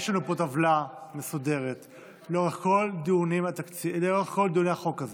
יש לנו פה טבלה מסודרת לאורך כל דיוני החוק הזה.